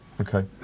Okay